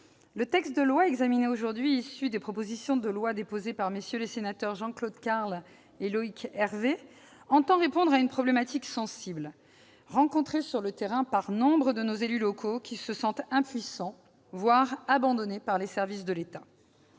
le texte de loi examiné aujourd'hui, issu des propositions de loi déposées par notre ancien collègue sénateur Jean-Claude Carle et par notre collègue Loïc Hervé, entend répondre à une problématique sensible, rencontrée sur le terrain par nombre de nos élus locaux, qui se sentent impuissants, voire abandonnés par les services de l'État.